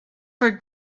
for